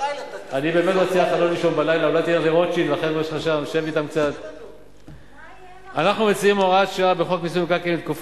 הורדת המחירים והקלת המצוקה הנוראה בשוק הדיור.